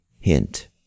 Hint